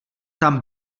tam